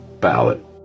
ballot